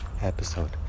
episode